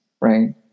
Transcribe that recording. Right